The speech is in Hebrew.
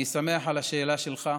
אני שמח על השאלה שלך.